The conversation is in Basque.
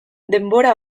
denbora